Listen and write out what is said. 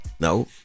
No